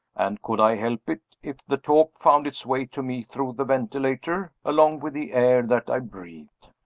and could i help it, if the talk found its way to me through the ventilator, along with the air that i breathed?